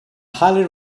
highly